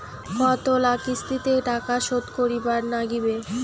কতোলা কিস্তিতে টাকা শোধ করিবার নাগীবে?